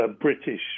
British